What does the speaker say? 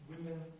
women